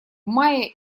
мае